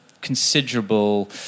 considerable